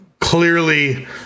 Clearly